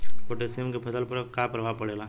Potassium के फसल पर का प्रभाव पड़ेला?